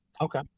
Okay